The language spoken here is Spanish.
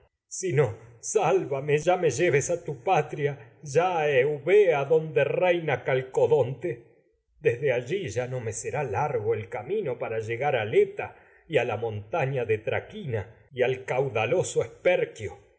sino me me lleves a tu patria ya a eubea donde reina desde calcodonte allí ra y no me será largo el camino para llegar al eta a la montaña de traquina y al caudaloso